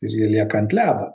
ir jie lieka ant ledo